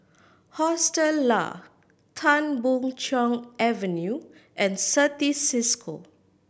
Hostel Lah Tan Boon Chong Avenue and Certis Cisco